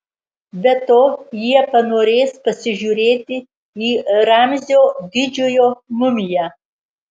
be to jie panorės pasižiūrėti į ramzio didžiojo mumiją